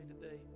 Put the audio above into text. today